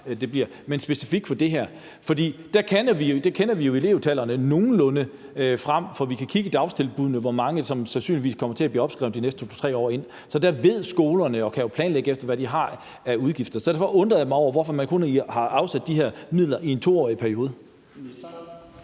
generelt. For vi kender jo nogenlunde elevtallene fremover, for vi kan kigge i dagtilbuddene og se, hvor mange der sandsynligvis kommer til at blive opskrevet de næste 2-3 år. Så skolerne ved det og kan jo planlægge efter, hvad de har af udgifter. Derfor undrede jeg mig over, hvorfor man kun har afsat de her midler for en 2-årig periode.